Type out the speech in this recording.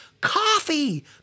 coffee